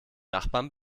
nachbarn